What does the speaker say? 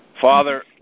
Father